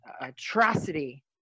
atrocity